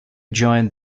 joined